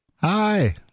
Hi